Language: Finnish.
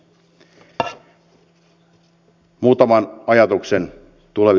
muutama ajatus tulevista toimista